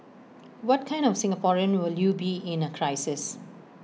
what kind of Singaporean will you be in A crisis